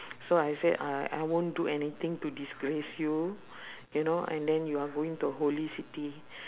so I said I I won't do anything to disgrace you you know and then you are going to holy city